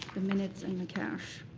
the minutes and the cash.